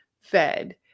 fed